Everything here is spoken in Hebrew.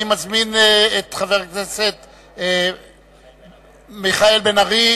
אני מזמין את חבר הכנסת מיכאל בן-ארי